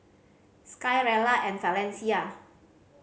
Sky Rella and Valencia